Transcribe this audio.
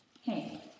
Hey